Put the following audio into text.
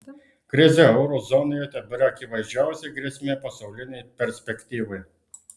krizė euro zonoje tebėra akivaizdžiausia grėsmė pasaulinei perspektyvai